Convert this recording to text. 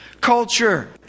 Culture